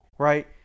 Right